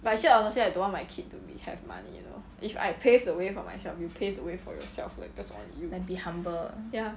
but actually honestly I don't want my kid to be have money you know if I paved the way for myself you pave way for yourself like that's on you ya